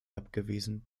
abgewiesen